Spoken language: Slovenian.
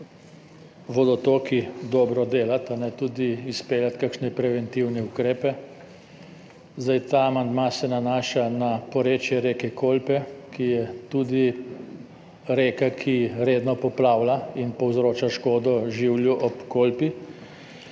vodotoki dobro delati, tudi izpeljati kakšne preventivne ukrepe. Ta amandma se nanaša na porečje reke Kolpe, ki je tudi reka, ki redno poplavlja in povzroča škodo življu ob Kolpi.